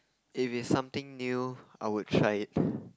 if it's something new I would try it